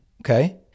okay